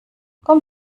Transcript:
komm